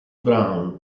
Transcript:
brown